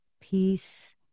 peace